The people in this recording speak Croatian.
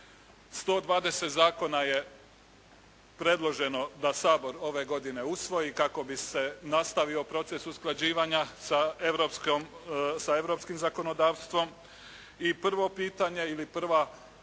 120 zakona je predloženo da Sabor ove godine usvoji kako bi se nastavio proces usklađivanja sa europskim zakonodavstvom i prvo pitanje ili prva slika